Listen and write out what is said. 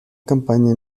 campaña